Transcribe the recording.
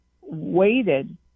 waited